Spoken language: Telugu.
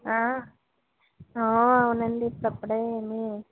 అవునండి తప్పదు అవన్నీ